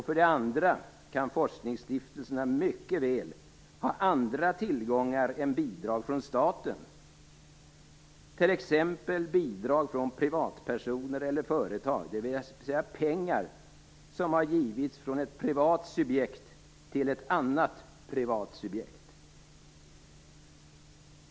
För det andra kan forskningsstiftelserna mycket väl ha andra tillgångar än bidrag från staten, t.ex. bidrag från privatpersoner eller företag. Det rör sig alltså om pengar som har givits från ett privat subjekt till ett annat privat subjekt.